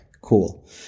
cool